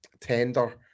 tender